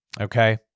Okay